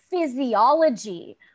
physiology